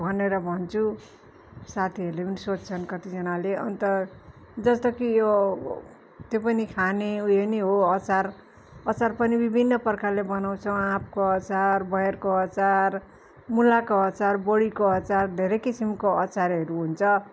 भनेर भन्छु साथीहरूले पनि सोध्छन् कतिजनाले अन्त जस्तो कि यो त्यो पनि खाने उयो नै हो अचार अचार पनि विभिन्न प्रकारले बनाउँछौँ आँपको अचार बयरको अचार मूलाको अचार बोडीको अचार धेरै किसिमको अचारहरू हुन्छ